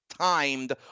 timed